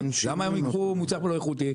למה הם ייקחו מוצר לא איכותי?